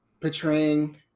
portraying